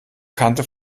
kannte